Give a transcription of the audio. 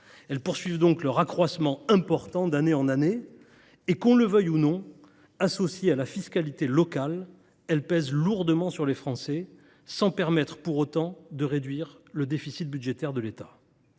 Elles poursuivent donc leur accroissement important d’année en année. Qu’on le veuille ou non, associées à la fiscalité locale, elles pèsent lourdement sur les Français, sans permettre pour autant de réduire le déficit budgétaire de l’État.